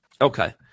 Okay